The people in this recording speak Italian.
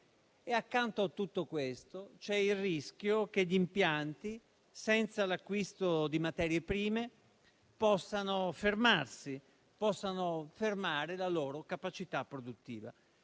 Accanto a tutto questo c'è il rischio che gli impianti, senza l'acquisto di materie prime, possano fermarsi e possano fermare la loro capacità produttiva.